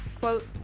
Quote